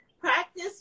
Practice